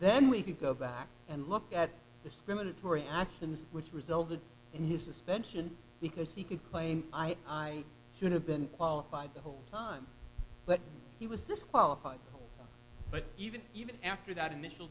then we could go back and look at the women and her actions which resulted in his suspension because he could claim i should have been qualified the whole time but he was disqualified but even even after that initial